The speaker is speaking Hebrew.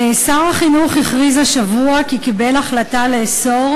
שר החינוך הכריז השבוע כי קיבל החלטה לאסור